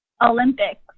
Olympics